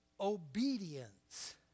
obedience